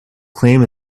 claim